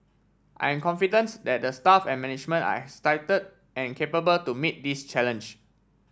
I'm confidence that the staff and management are excited and capable to meet this challenge